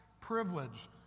privilege